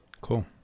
cool